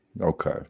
Okay